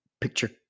picture